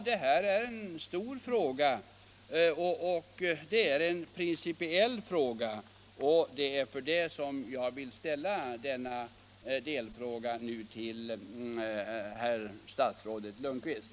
Det är en stor fråga, en principiell fråga, och av den anledningen har jag nu velat ställa en följdfråga till statsrådet Lundkvist.